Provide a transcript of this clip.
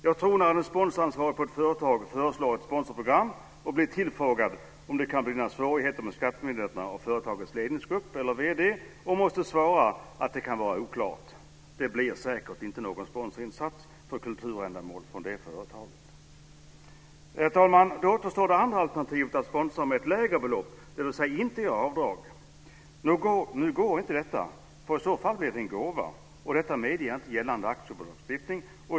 Jag tror att när den sponsoransvarige på ett företag som föreslår ett sponsorsprogram och blir tillfrågad av företagets ledningsgrupp eller vd om det kan bli några svårigheter med skattemyndigheterna och måste svara att det kan vara oklart, så blir det säkert inte någon sponsorinsats för kulturändamål från det företaget. Herr talman! Då återstår det andra alternativet att sponsra med ett lägre belopp, dvs. att inte göra avdrag. Nu går inte detta, för i så fall blir det en gåva och det medger inte gällande aktiebolagstiftningen.